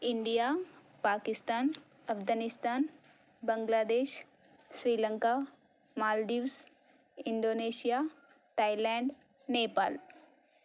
India Pakistan Afghanistan Bangladesh Sri Lanka Maldives Indonesia Thailand Nepal